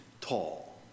tall